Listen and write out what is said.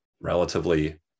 relatively